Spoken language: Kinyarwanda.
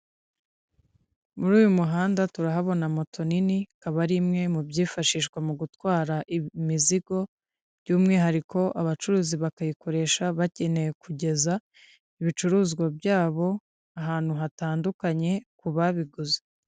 Muri uyu muhanda turahabona moto nini, ikaba ari imwe mu byifashishwa mu gutwara imizigo, by'umwihariko abacuruzi bakayikoresha bagenewe kugeza ibicuruzwa byabo ahantu hatandukanye ku babiguze.